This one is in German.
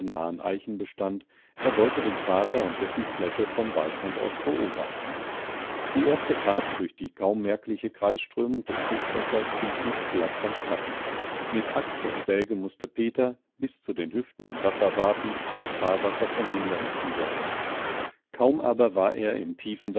nahen eichenbestand er wollte den vater und dessen plätte vom waldrand aus beobachten die erste fahrt durch die kaum merkliche kreisströmung des buchtwassers ging nicht glatt vonstatten mit axt und säge mußte peter bis zu den hüften im wasser watend das fahrwasser von hindernissen säubern kaum aber war er im tiefen